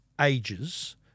ages